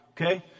okay